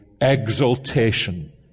exaltation